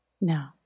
No